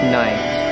night